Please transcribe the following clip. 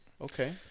Okay